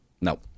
No